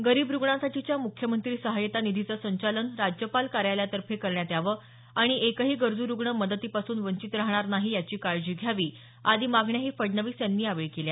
गरीब रुग्णांसाठीच्या मुख्यमंत्री सहायता निधीचं संचालन राज्यपाल कार्यालयातर्फे करण्यात यावं आणि एकही गरजू रुग्ण मदतीपासून वंचित राहणार नाही याची काळजी घ्यावी आदी मागण्याही फडणवीस यांनी यावेळी केल्या